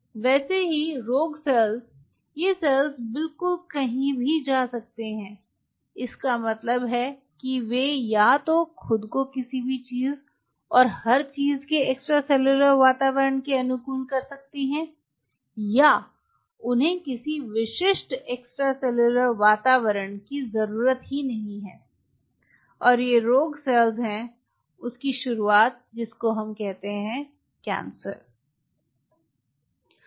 वैसे ही rogue cells ये सेल्स बिल्कुल कहीं भी जा सकती हैं इसका मतलब है कि वे या तो खुद को किसी भी चीज और हर चीज के एक्स्ट्रासेलुलर वातावरण के अनुकूल कर सकती हैं या उन्हें किसी विशिष्ट एक्स्ट्रासेलुलर वातावरण की जरूरत नहीं है और ये रोग सेल्स हैं उस की शुरुआत जिस को हम कैंसर कहते हैं